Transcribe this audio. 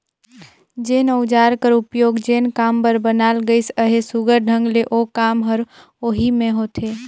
जेन अउजार कर उपियोग जेन काम बर बनाल गइस अहे, सुग्घर ढंग ले ओ काम हर ओही मे होथे